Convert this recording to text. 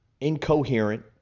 incoherent